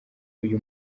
uyu